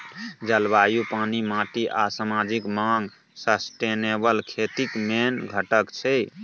जलबायु, पानि, माटि आ समाजिक माँग सस्टेनेबल खेतीक मेन घटक छै